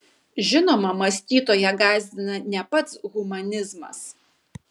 žinoma mąstytoją gąsdina ne pats humanizmas